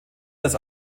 das